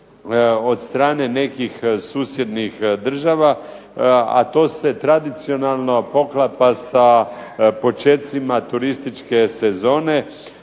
od strane nekih susjednih država, a to se tradicionalno poklapa sa počecima turističke sezone.